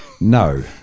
No